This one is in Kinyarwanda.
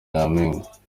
nyampinga